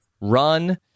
run